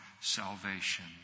salvation